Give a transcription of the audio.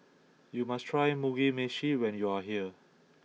you must try Mugi Meshi when you are here